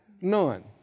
none